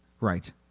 Right